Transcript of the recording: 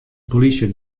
polysje